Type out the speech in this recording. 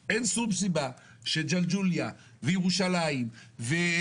אז אין שום סיבה שג'לג'וליה וירושלים וכל